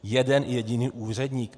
Jeden jediný úředník?